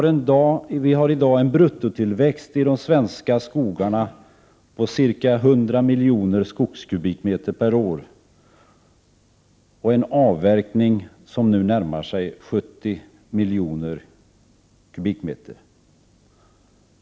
Bruttotillväxten i de svenska skogarna är i dag ca 100 miljoner skogskubikmeter per år, och avverkningen närmar sig nu 70 miljoner skogskubikmeter.